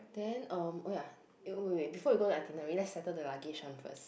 then um oh ya eh wait wait wait before we go to the itinerary let's settle the luggage one first